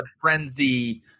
frenzy